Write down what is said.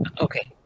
Okay